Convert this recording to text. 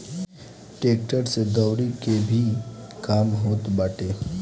tractor से दवरी के भी काम होत बाटे